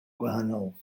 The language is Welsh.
gwahanol